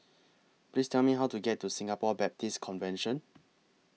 Please Tell Me How to get to Singapore Baptist Convention